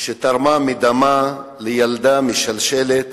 שתרמה מדמה לילדה משלשלת